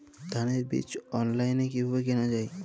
ধানের বীজ অনলাইনে কিভাবে কেনা যায়?